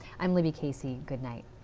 i'm libby casey. good night.